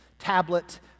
Tablet